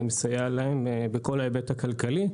אני מסייע להם בכל ההיבט הכלכלי.